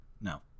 No